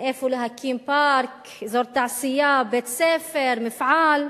אין איפה להקים פארק, אזור תעשייה, בית-ספר, מפעל,